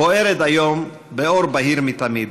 בוערת היום באור בהיר מתמיד.